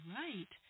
right